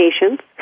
patients